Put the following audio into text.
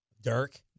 Dirk